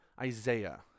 Isaiah